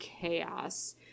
chaos